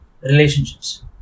relationships